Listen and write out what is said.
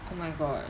oh my god